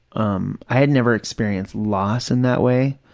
um i had never experienced loss in that way,